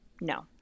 no